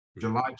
July